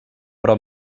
però